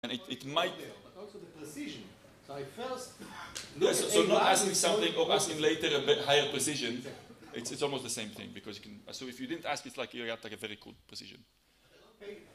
וזה יכול... אבל גם במיוחד, אז אני קודם... אז לא לשאול משהו או לשאול אחר כך במיוחד יותר גדול זה כמעט אותו דבר, בגלל שאתה יכול... אז אם אתה לא שואל, זה כמו... יש לך מיוחד מאוד במיוחד